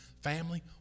family